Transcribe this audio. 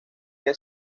que